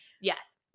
Yes